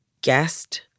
guest